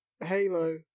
Halo